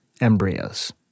embryos